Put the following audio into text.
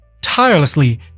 tirelessly